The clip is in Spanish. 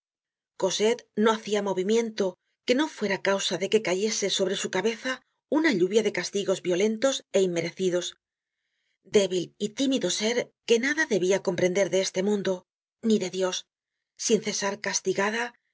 cosette no hacia movimiento que no fuera causa de que cayese sobre su cabeza una lluvia de castigos violentos é inmerecidos débil y tímido ser que nada debia comprender de este mundo ni de dios sin cesar castigada